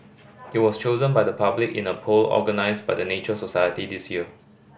it was chosen by the public in a poll organised by the Nature Society this year